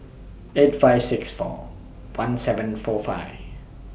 eight five six four one seven four five